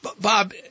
Bob